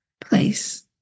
place